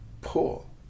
pull